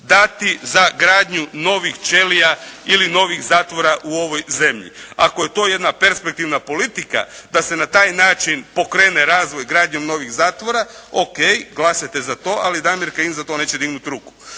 dati za gradnju novih ćelija ili novih zatvora u ovoj zemlji. Ako je to jedna perspektivna politika da se na taj način pokrene razvoj gradnjom novih zatvora, O.k., glasajte za to, ali Damir Kajin za to neće dignuti ruku.